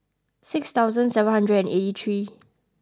six thousand seven hundred and eighty three